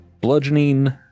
bludgeoning